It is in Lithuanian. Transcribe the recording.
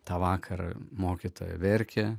tą vakarą mokytoja verkė